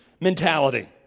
mentality